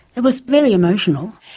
it was very emotional.